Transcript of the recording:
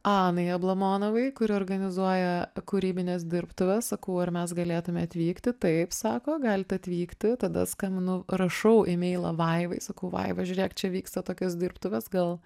anai ablamonovai kuri organizuoja kūrybines dirbtuves sakau ar mes galėtume atvykti taip sako galit atvykti tada skambinu rašau ymeilą vaivai sakau vaiva žiūrėk čia vyksta tokios dirbtuvės gal